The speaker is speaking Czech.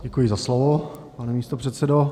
Děkuji za slovo, pane místopředsedo.